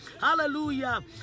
Hallelujah